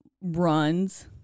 runs